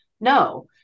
No